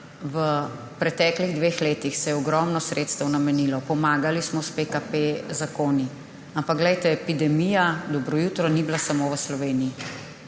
v preteklih dveh letih se je ogromno sredstev namenilo, pomagali smo z zakoni PKP, ampak glejte, epidemija, dobro jutro, ni bila samo v Sloveniji.